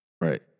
Right